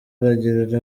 arangije